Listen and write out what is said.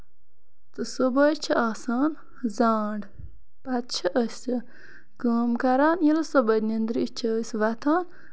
تہٕ صبُحٲے چھِ آسان زانڈ پَتہٕ چھِ أسۍ کٲم کران ییٚلہِ صبُحٲے نیندرِ چھِ أسۍ وۄتھان